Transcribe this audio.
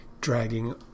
dragging